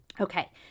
Okay